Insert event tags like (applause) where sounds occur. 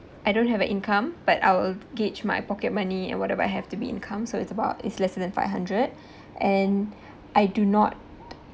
I don't have an income but I will gauge my pocket money and whatever I have to be income so it's about is lesser than five hundred (breath) and I do not